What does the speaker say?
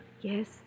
Yes